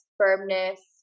firmness